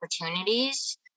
opportunities